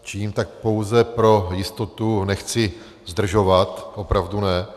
Činím tak pouze pro jistotu, nechci zdržovat, opravdu ne.